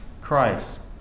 Christ